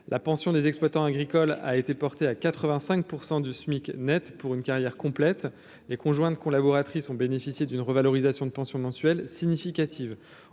la pension des exploitants agricoles a été porté à 85 % du SMIC Net pour une carrière complète les cons joindre collaboratrices ont bénéficié d'une revalorisation de pension mensuelle significative